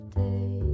day